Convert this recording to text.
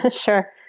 Sure